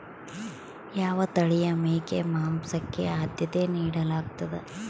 ಯಾವ ತಳಿಯ ಮೇಕೆ ಮಾಂಸಕ್ಕೆ, ಆದ್ಯತೆ ನೇಡಲಾಗ್ತದ?